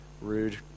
Rude